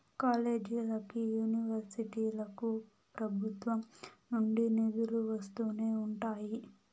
కాలేజీలకి, యూనివర్సిటీలకు ప్రభుత్వం నుండి నిధులు వస్తూనే ఉంటాయి